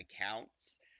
accounts